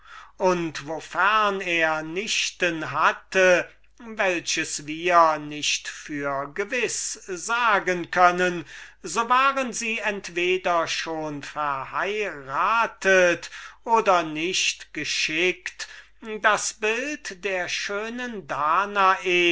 und wofern er nichten hatte welches wir nicht für gewiß sagen können so waren sie entweder schon verheiratet oder nicht dazu gemacht das bild der schönen danae